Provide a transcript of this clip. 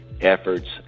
efforts